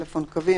טלפון קווי,